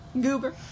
Goober